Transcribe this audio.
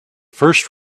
first